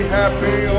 happy